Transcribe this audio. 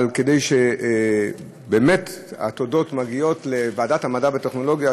התודות באמת מגיעות לוועדת המדע והטכנולוגיה,